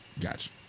Gotcha